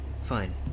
Fine